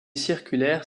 circulaire